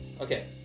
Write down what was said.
Okay